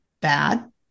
bad